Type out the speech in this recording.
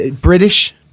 British